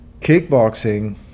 kickboxing